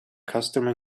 customer